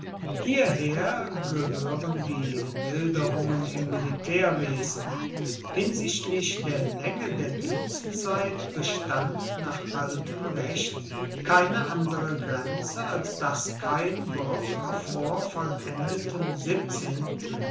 hierher gehören die milderungen im militärwesen hinsichtlich der länge der dienstzeit bestand nach altem recht keine andere grenze als daß kein bürger vor vollendetem siebzehnten